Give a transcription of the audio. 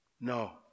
No